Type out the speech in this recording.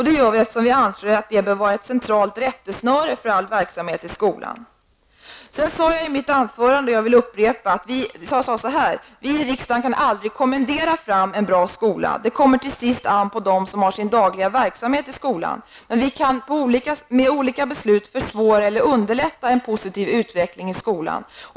Det gör vi eftersom vi anser att skollagen bör vara ett centralt rättesnöre för all verksamhet i skolan. Jag vill upprepa vad jag sade i mitt anförande: Riksdagen kan aldrig kommendera fram en bra skola. Det kommer till sist an på dem som har sin dagliga verksamhet i skolan. Men vi kan genom olika beslut försvåra eller underlätta en positiv utveckling i skolan.